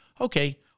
okay